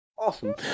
Awesome